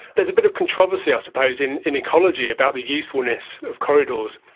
there's a bit of controversy i suppose in in ecology about the usefulness of corridors.